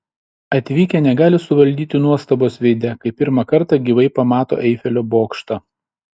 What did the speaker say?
atvykę negali suvaldyti nuostabos veide kai pirmą kartą gyvai pamato eifelio bokštą